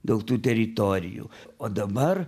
dėl tų teritorijų o dabar